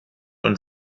und